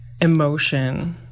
emotion